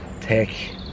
take